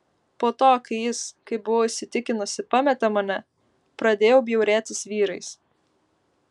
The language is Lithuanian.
po to kai jis kaip buvau įsitikinusi pametė mane pradėjau bjaurėtis vyrais